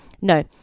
No